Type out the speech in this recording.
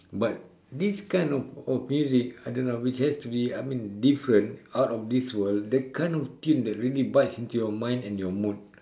but this kind of of music I don't know which has to be I mean different out of this world the kind of tune that really bites into your mind and your mood